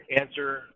answer